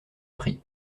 prix